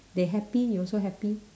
they happy you also happy